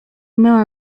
miała